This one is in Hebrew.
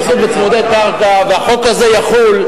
החוק הזה יחול,